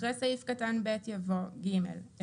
אחרי סעיף קטן ב' יבוא ג'1.